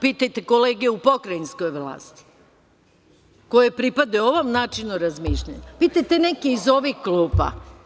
Pitajte kolege u pokrajinskoj vlasti koji pripadaju ovom načinu razmišljanja, pitajte neke iz ovih klupa.